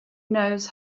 knows